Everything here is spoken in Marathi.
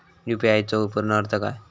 यू.पी.आय चो पूर्ण अर्थ काय?